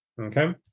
Okay